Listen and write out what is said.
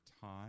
time